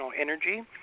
energy